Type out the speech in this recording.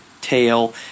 tail